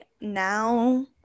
now